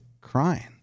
crying